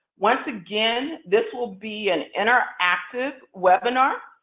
once again, this will be an interactive webinar.